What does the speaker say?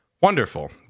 Wonderful